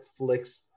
Netflix